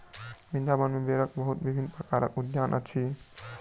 वृन्दावन में बेरक बहुत विभिन्न प्रकारक उद्यान अछि